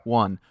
one